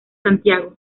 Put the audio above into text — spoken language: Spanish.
santiago